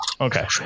okay